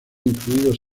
incluidos